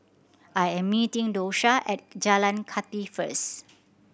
I am meeting Dosha at Jalan Kathi first